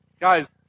Guys